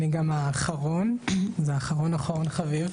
אני גם האחרון, זה אחרון אחרון חביב.